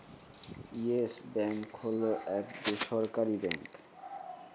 yes Bank হল এক বেসরকারি ব্যাঙ্ক